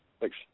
Thanks